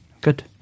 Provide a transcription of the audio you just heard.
Good